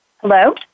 Hello